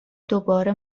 دوباره